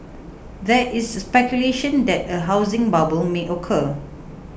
there is speculation that a housing bubble may occur